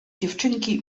dziewczynki